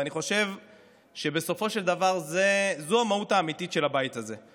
אני חושב שבסופו של דבר זו המהות האמיתית של הבית הזה.